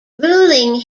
ruling